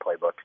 playbook